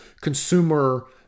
consumer